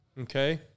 Okay